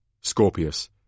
Scorpius